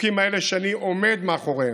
החוקים האלה, שאני עומד מאחוריהם,